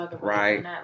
Right